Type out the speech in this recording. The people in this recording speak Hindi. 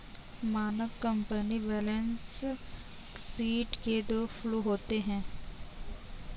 मानक कंपनी बैलेंस शीट के दो फ्लू होते हैं